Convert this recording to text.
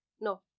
no